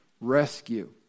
rescue